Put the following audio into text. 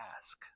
ask